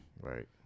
Right